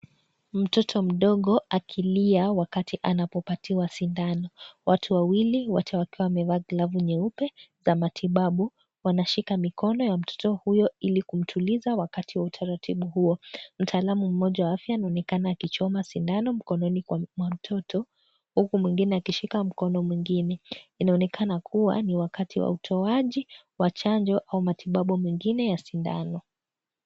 Mtoto mdogo akilia wakati anapo patiwa sindano, watu wawili wote wakiwa wamevaa glavu nyeupe za matibabu, wanashika mikono ya mtoto huyo ili kumtuliza wakati wa utaratibu huo. Mtaalam mmoja wa afya anaonekana akichoma sindano mkononi mwa mtoto huku mwingine akishika mkono mwingine. Inaonekana kuwa ni wakati wa utoaji wa chanjo au matibabu mengine ya sindano.